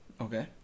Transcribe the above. Okay